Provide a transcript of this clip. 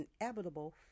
inevitable